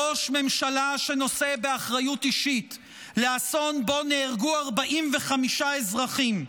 ראש ממשלה שנושא באחריות אישית לאסון שבו נהרגו 45 אזרחים,